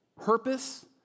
Purpose